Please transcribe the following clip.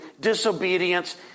disobedience